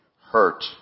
hurt